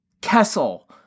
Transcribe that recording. Kessel